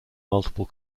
multiple